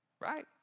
right